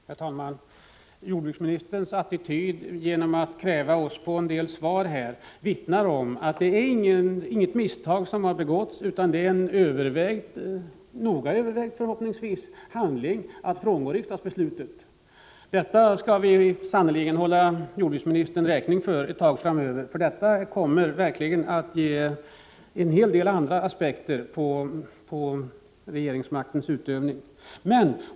Herr talman! Jordbruksministerns attityd att avkräva oss en del svar vittnar om att det inte är något misstag som har begåtts utan en övervägd — förhoppningsvis noga övervägd — handling att frångå riksdagsbeslutet. Detta skall vi sannerligen hålla jordbruksministern räkning för ett tag framöver, för detta kommer verkligen att ge en hel del andra aspekter på regeringsmaktens utövning.